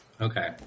Okay